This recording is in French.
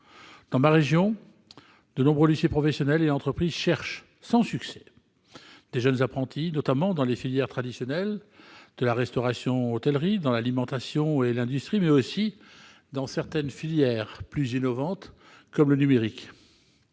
Dans ma région, nombreux sont les lycées professionnels et les entreprises qui cherchent sans succès de jeunes apprentis, notamment dans les filières traditionnelles de l'hôtellerie-restauration, de l'alimentation, de l'industrie, mais aussi dans certaines filières plus innovantes, comme le numérique.